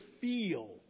feel